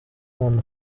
umuntu